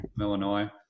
Illinois